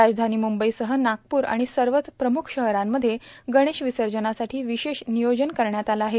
राजधानी मुंबईसह नागपूर आणि सर्वच प्रमुख शहरांमध्ये गणेश विसर्जनासाठी विशेष नियोजन करण्यात आलं आहे